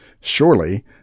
Surely